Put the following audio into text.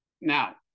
now